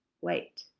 wait